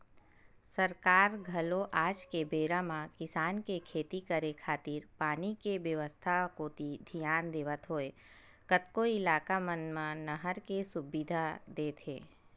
सरकार घलो आज के बेरा म किसान के खेती करे खातिर पानी के बेवस्था कोती धियान देवत होय कतको इलाका मन म नहर के सुबिधा देत हे